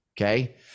Okay